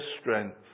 strength